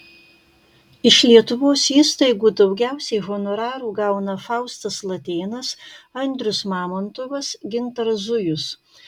iš lietuvos įstaigų daugiausiai honorarų gauna faustas latėnas andrius mamontovas gintaras zujus